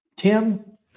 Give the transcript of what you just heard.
Tim